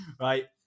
Right